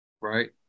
right